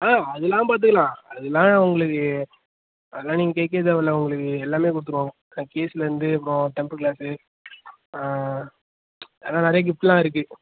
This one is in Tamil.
ஆ அதெலாம் பார்த்துக்கலாம் அதெலாம் உங்களுக்கு அதெல்லாம் நீங்கள் கேட்கவே தேவையில்ல உங்களுக்கு எல்லாம் கொடுத்துருவோம் ஃபீஸ்லேருந்து அப்புறம் டெம்ப்பர் க்ளாஸ்ஸு அதெல்லாம் நிறைய கிஃப்ட்லாம் இருக்குது